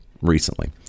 recently